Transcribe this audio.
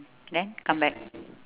then come back